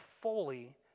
fully